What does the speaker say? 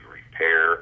repair